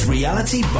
Reality